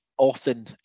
often